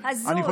הזוי, הזוי.